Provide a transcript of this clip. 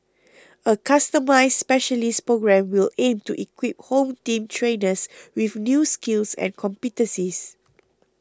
a customised specialist programme will aim to equip Home Team trainers with new skills and competencies